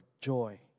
joy